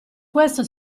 questo